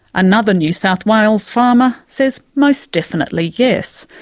another new south wales farmer says most definitely yes.